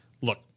look